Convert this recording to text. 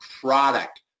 product